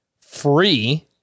free